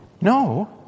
No